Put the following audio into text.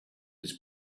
his